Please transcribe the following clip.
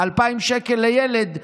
2,000 שקל לילד לשנה,